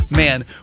Man